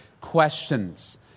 questions